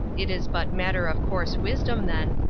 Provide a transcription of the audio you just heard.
it is but matter-of-course wisdom, then,